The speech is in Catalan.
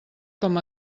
com